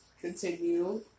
continue